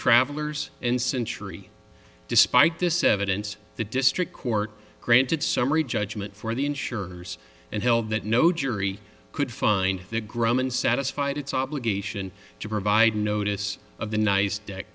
travelers in century despite this evidence the district court granted summary judgment for the insurers and held that no jury could find if the grumman satisfied its obligation to provide notice of the nice dec